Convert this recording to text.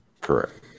Correct